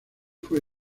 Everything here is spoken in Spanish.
fue